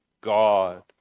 God